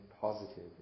positive